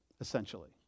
essentially